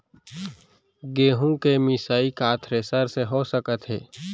गेहूँ के मिसाई का थ्रेसर से हो सकत हे?